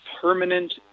permanent